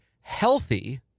healthy